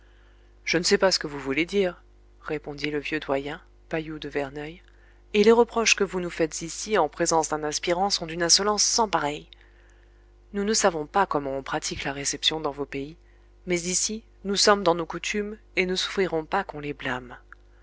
je ne sais pas ce que vous voulez dire répondit le vieux doyen pailloux de verneuil et les reproches que vous nous faites ici en présence d'un aspirant sont d'une insolence sans pareille nous ne savons pas comment on pratique la réception dans vos pays mais ici nous sommes dans nos coutumes et ne souffrirons pas qu'on les blâme